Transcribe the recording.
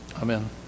Amen